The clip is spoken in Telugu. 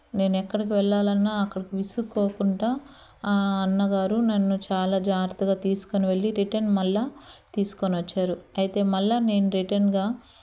నేను ఎక్కడికి వెళ్ళాలన్నా అక్కడికి విసుక్కోకుండా ఆ అన్నగారు నన్ను చాలా జాగ్రత్తగా తీసుకొని వెళ్ళి రిటన్ మళ్ళీ తీసుకొని వచ్చారు అయితే మళ్ళీ నేను రిటన్గా